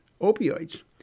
opioids